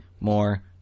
more